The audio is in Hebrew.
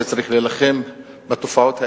שצריך להילחם בתופעות האלה,